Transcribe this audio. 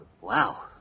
Wow